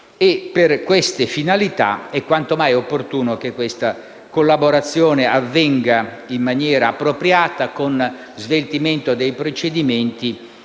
Per tali finalità, è quanto mai opportuno che questa collaborazione avvenga in maniera appropriata con sveltimento dei procedimenti